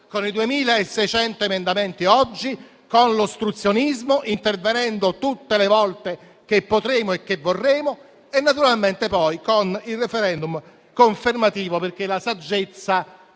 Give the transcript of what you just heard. con i 2.600 emendamenti oggi o con l'ostruzionismo, intervenendo tutte le volte che potremo e che vorremo e, naturalmente, con il *referendum* confermativo. La saggezza